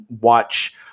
watch